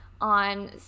on